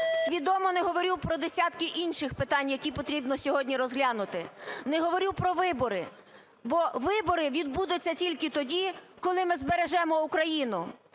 Свідомо не говорю про десятки інших питань, які потрібно сьогодні розглянути, не говорю про вибори, бо вибори відбудуться тільки тоді, коли ми збережемо Україну.